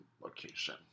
location